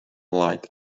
light